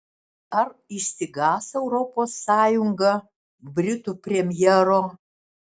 ar išsigąs europos sąjunga britų premjero